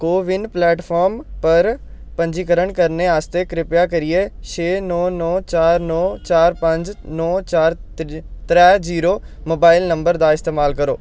CoWIN platform पर पंजीकरण करने आस्तै कृपा करियै छे नौ नौ चार नौ चार पंज नौ चार त्रै जीरो मोबाइल नंबर दा इस्तमाल करो